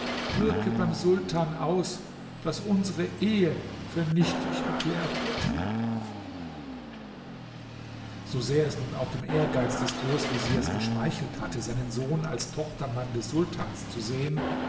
wirke beim sultan aus daß unsere ehe für nichtig erklärt wird so sehr es nun auch dem ehrgeiz des großveziers geschmeichelt hatte seinen sohn als tochtermann des sultans zu sehen